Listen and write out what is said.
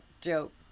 joke